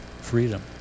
freedom